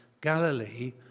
Galilee